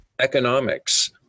Economics